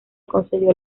concedió